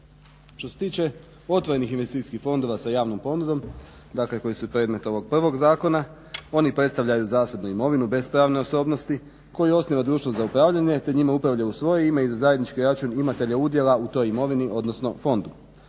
Što se tiče otvorenih investicijskih fondova sa javnom ponudom dakle koji su predmet ovog prvog zakona, oni predstavljaju zasebnu imovinu bez pravne osobnosti koju osniva društvo za upravljanje te njime upravlja u svoje ime uz zajednički račun imatelja udjela u toj imovini odnosno fondu.